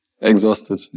exhausted